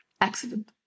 Accident